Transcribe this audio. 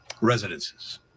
residences